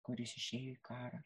kuris išėjo į karą